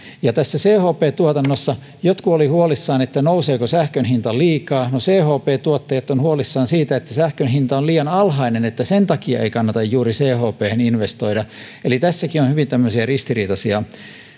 tähän chp tuotantoon liittyen jotkut olivat huolissaan siitä nouseeko sähkön hinta liikaa no chp tuottajat ovat huolissaan siitä että sähkön hinta on liian alhainen että sen takia ei kannata juuri chphen investoida eli tässäkin on hyvin tämmöisiä ristiriitaisia